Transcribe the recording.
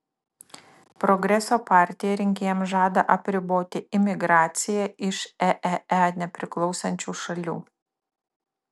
progreso partija rinkėjams žada apriboti imigraciją iš eee nepriklausančių šalių